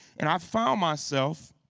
and i found myself,